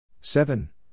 Seven